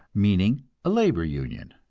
meaning a labor union.